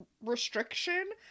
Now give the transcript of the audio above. restriction